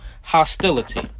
hostility